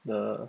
the